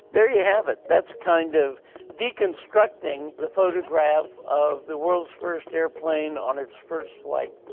there you have it. that's kind of deconstructing the photograph of the world's first airplane on its first flight.